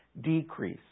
decrease